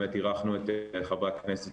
באמת אירחנו את חברי הכנסת